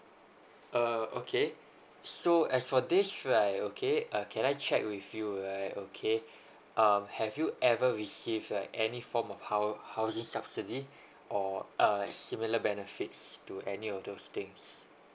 uh okay so as for this right okay uh can I chat with you right okay um have you ever received like any form of hou~ housing subsidies or a similar benefits to any of those things